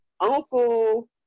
Uncle